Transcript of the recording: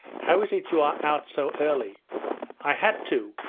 how is it you are out so early i had to.